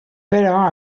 però